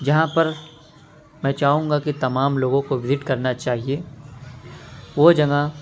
جہاں پر میں چاہوں گا کہ تمام لوگوں کو وزٹ کرنا چاہیے وہ جگہ